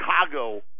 Chicago